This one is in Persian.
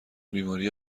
بیماری